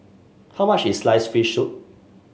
how much is sliced fish soup